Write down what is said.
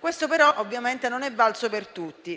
Questo però, ovviamente, non è valso per tutti,